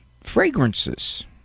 fragrances